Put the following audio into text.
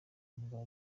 mugabe